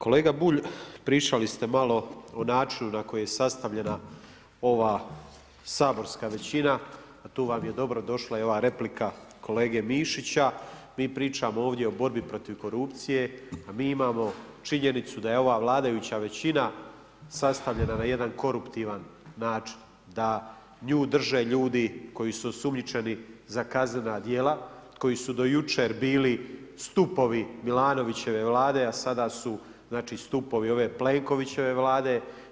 Kolega Bulj, pričali ste malo o načinu na koji je sastavljena ova saborska većina, a tu vam je dobro došla i ova replika kolega Mišića, mi pričamo ovdje o borbi protiv korupcije, a mi imamo činjnicu da je ova vladajuća većina sastavljena na jedan koruptivan način, da nju drže ljudi koji su osumnjičeni za kaznena dijela, koji su do jučer bili stupovi Milanovićeve Vlade, a sada su stupovi ove Plenkovićeve Vlade.